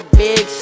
big